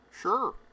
Sure